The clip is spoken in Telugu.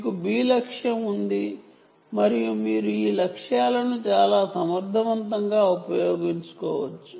మీకు B లక్ష్యం ఉంది మరియు మీరు ఈ లక్ష్యాలను చాలా సమర్థవంతంగా ఉపయోగించుకోవచ్చు